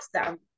awesome